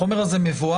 החומר הזה מבוער?